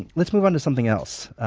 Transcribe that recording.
let's move on to something else,